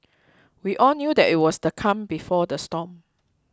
we all knew that it was the calm before the storm